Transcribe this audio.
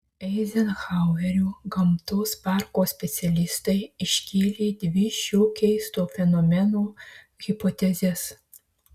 eizenhauerio gamtos parko specialistai iškėlė dvi šio keisto fenomeno hipotezes